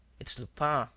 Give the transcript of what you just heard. it's lupin,